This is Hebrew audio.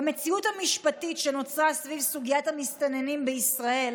במציאות המשפטית שנוצרה סביב סוגיית המסתננים בישראל,